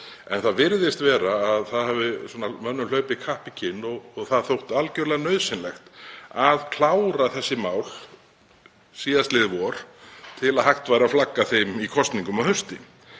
En það virðist vera að mönnum hafi hlaupið kapp í kinn og það þótt algerlega nauðsynlegt að klára þessi mál síðastliðið vor til að hægt væri að flagga þeim í kosningum að hausti.